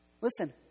Listen